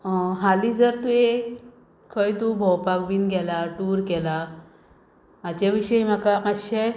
हालीं जर तुवें खंय तूं भोंवपाक बिन गेलां टूर बिन केलां हाचें विशयी म्हाका मातशें